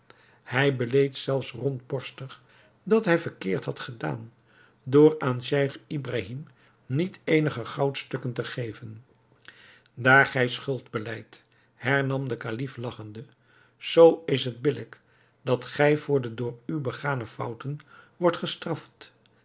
hij beleed zelfs rondborstig dat hij verkeerd had gedaan door aan scheich ibrahim niet eenige goudstukken te geven daar gij schuld belijdt hernam de kalif lagchende zoo is het billijk dat gij voor de door u begane fouten wordt gestraft